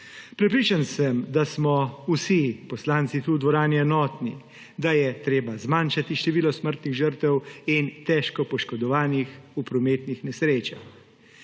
Prepričan sem, da smo vsi poslanci tu v dvorani enotni, da je treba zmanjšati število smrtnih žrtev in težko poškodovanih v prometnih nesrečah.